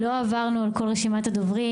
לא עברנו על כל רשימת הדוברים,